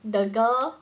the girl